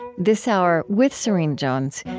this hour, with serene jones,